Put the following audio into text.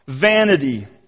Vanity